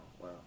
wow